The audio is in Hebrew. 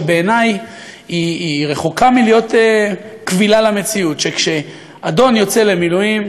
שבעיני היא רחוקה מלהיות קבילה במציאות: כשהאדון יוצא למילואים,